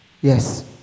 yes